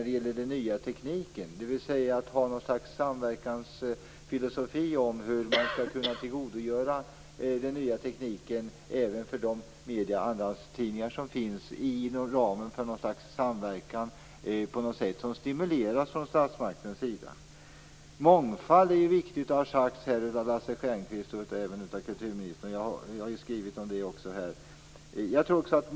Det handlar alltså om att ha ett slags samverkansfilosofi om hur de medier och andrahandstidningar som finns kan tillgodogöra sig den här tekniken inom ramen för en form av samverkan som stimuleras från statsmaktens sida. Mångfald är viktigt. Det har både Lars Stjernkvist och kulturministern sagt. Jag har också skrivit om det.